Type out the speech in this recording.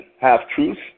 half-truths